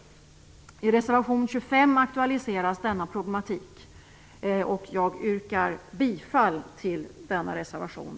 I reservation 25 aktualiseras denna problematik. Jag yrkar bifall till denna reservation.